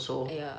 ya